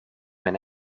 mijn